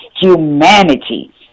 humanity